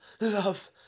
Love